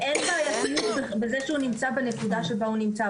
אין בעיה בזה שהוא נמצא בנקודה שבה הוא נמצא.